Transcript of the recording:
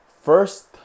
first